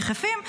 יחפים,